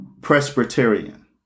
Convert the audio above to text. Presbyterian